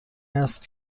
است